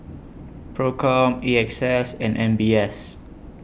PROCOM A X S and M B S